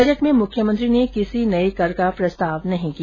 budget में मुख्यमंत्री ने किसी नये कर का प्रस्ताव नहीं किया